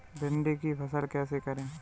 भिंडी की फसल कैसे करें?